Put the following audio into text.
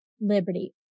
liberty